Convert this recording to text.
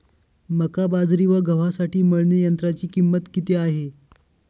मका, बाजरी व गव्हासाठी मळणी यंत्राची किंमत किती आहे?